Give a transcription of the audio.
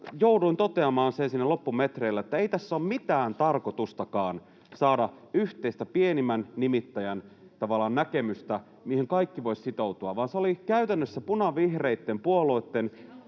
jouduin toteamaan siinä loppumetreillä, että ei tässä ole mitään tarkoitustakaan saada yhteistä pienimmän nimittäjän näkemystä, mihin kaikki voisivat sitoutua, vaan siinä oli käytännössä punavihreitten puolueitten